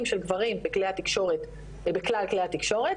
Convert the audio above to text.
של גברים בכלי התקשורת בכלל כלי התקשורת,